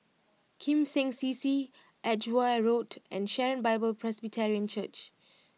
Kim Seng C C Edgware Road and Sharon Bible Presbyterian Church